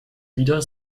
wieder